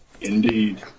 Indeed